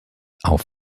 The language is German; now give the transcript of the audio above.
auf